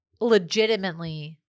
legitimately